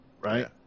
right